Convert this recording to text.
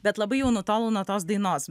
bet labai jau nutolau nuo tos dainos